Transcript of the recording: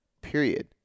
period